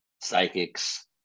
psychics